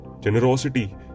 Generosity